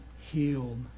healed